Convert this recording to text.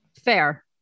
Fair